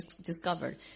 discovered